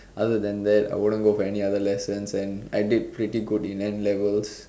other than that I wouldn't go for any other lessons and I did pretty good in N-levels